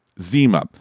Zima